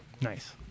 nice